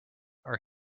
are